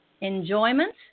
enjoyment